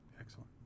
excellent